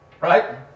right